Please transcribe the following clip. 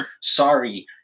sorry